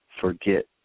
forget